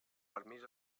permís